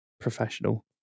professional